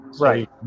right